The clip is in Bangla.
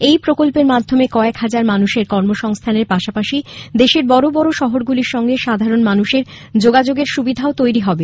এই প্রকল্পের মাধ্যমে কয়েক হাজার মানুষের কর্মসংস্থানের পাশাপাশি দেশের বড় বড় শহরগুলির সঙ্গে সাধারণ মানুষের যোগাযোগের সুবিধাও তৈরি হবে